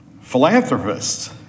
philanthropists